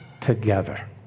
together